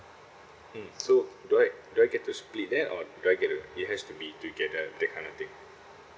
mm so do I do I get to split that or do I get to it has to be together that kind of thing